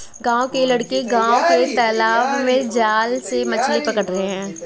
गांव के लड़के गांव के तालाब में जाल से मछली पकड़ रहे हैं